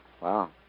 Wow